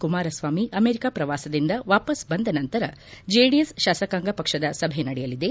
Kumaraswamy America ಪ್ರವಾಸದಿಂದ ವಾಪಸ್ ಬಂದ ನಂತರ ಜೆಡಿಎಸ್ ಶಾಸಕಾಂಗ ಪಕ್ಷದ ಸಭೆ ನಡೆಯಲಿದೆ